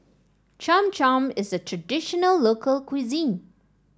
Cham Cham is a traditional local cuisine